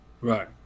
right